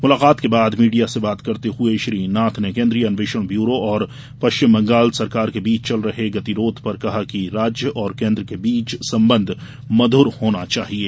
मुलाकात के बाद मीडिया से बात करते हुए श्री नाथ ने केन्द्रीय अन्वेषण ब्यूरो और पश्चिम बंगाल सरकार के बीच चल रहे गतिरोध पर कहा कि राज्य और केन्द्र के बीच संबंध मधुर होना चाहिये